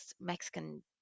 Mexican